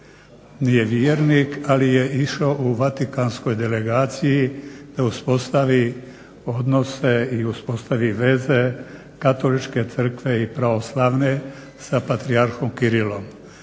nije vjernik, ali je išao u Vatikanskoj delegaciji da uspostavi odnose i uspostavi veze katoličke crkve i pravoslavne sa patrijarhom Kirilom.